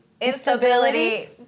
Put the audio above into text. Instability